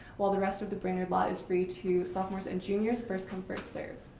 while the rest of the branyard lot is free to sophomores and juniors, first come, first serve.